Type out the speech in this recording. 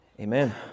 Amen